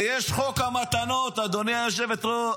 יש חוק המתנות, גברתי היועמ"שית.